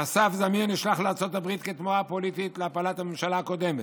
אסף זמיר נשלח לארצות הברית כתמורה פוליטית להפלת הממשלה הקודמת,